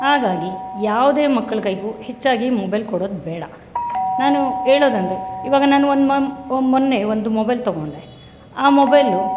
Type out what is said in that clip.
ಹಾಗಾಗಿ ಯಾವುದೇ ಮಕ್ಕಳ ಕೈಗೂ ಹೆಚ್ಚಾಗಿ ಮೊಬೈಲ್ ಕೊಡೋದು ಬೇಡ ನಾನು ಹೇಳೋದೆಂದ್ರೆ ಇವಾಗ ನಾನು ಒಂದು ಮೊನ್ನೆ ಒಂದು ಮೊಬೆಲ್ ತಗೊಂಡೆ ಆ ಮೊಬೆಲು